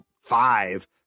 five